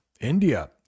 india